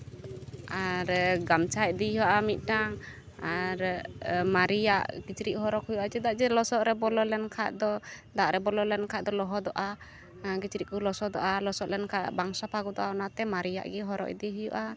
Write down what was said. ᱟᱨ ᱜᱟᱢᱪᱷᱟ ᱤᱫᱤᱭ ᱦᱩᱭᱩᱜᱼᱟ ᱢᱤᱫᱴᱟᱱ ᱟᱨ ᱢᱟᱨᱮᱭᱟᱜ ᱠᱤᱪᱨᱤᱡ ᱦᱚᱨᱚᱜᱽ ᱦᱩᱭᱩᱜᱼᱟ ᱪᱮᱫᱟᱜ ᱡᱮ ᱫᱟᱜ ᱨᱮ ᱵᱚᱞᱚ ᱞᱮᱱᱠᱷᱟᱱ ᱫᱚ ᱫᱟᱜ ᱨᱮ ᱵᱚᱞᱚ ᱞᱮᱱᱠᱷᱟᱱ ᱫᱚ ᱞᱚᱦᱚᱫᱚᱜᱼᱟ ᱠᱤᱪᱨᱤᱡ ᱠᱚ ᱞᱚᱥᱚᱫᱚᱜᱼᱟ ᱞᱚᱥᱚᱫ ᱞᱮᱱᱠᱷᱟᱱ ᱵᱟᱝ ᱥᱟᱯᱷᱟ ᱜᱚᱫᱚᱜᱼᱟ ᱚᱱᱟᱛᱮ ᱢᱟᱨᱮᱭᱟᱜ ᱜᱮ ᱦᱚᱨᱚᱜ ᱤᱫᱤ ᱦᱩᱭᱩᱜᱼᱟ